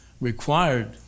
required